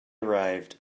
arrived